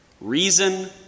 Reason